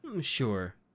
Sure